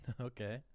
okay